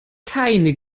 keine